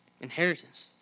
inheritance